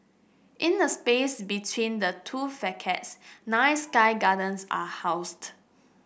in the space between the two facades nine sky gardens are housed